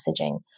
messaging